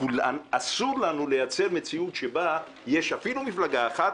ואסור לנו לייצר מציאות שבה יש אפילו מפלגה אחת